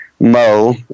Mo